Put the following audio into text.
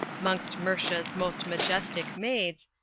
mongst murcia's most majestic maids,